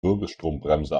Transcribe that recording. wirbelstrombremse